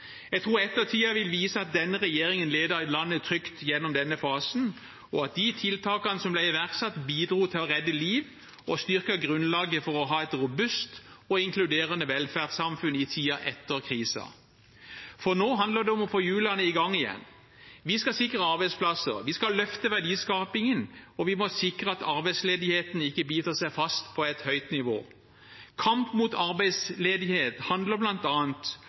Jeg tror ettertiden vil vise at denne regjeringen ledet landet trygt gjennom denne fasen, og at de tiltakene som ble iverksatt, bidro til å redde liv og styrket grunnlaget for å ha et robust og inkluderende velferdssamfunn i tiden etter krisen. Nå handler det om å få hjulene i gang igjen. Vi skal sikre arbeidsplasser, vi skal løfte verdiskapingen, og vi må sikre at arbeidsledigheten ikke biter seg fast på et høyt nivå. Kamp mot arbeidsledighet handler